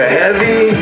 heavy